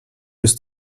jest